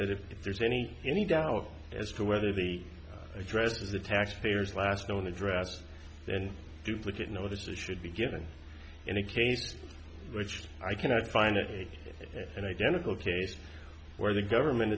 said if there's any any doubt as to whether the address is the taxpayers last known address duplicate notices should be given in a case which i cannot find it an identical case where the government